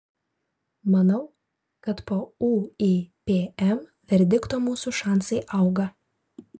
manau kad po uipm verdikto mūsų šansai auga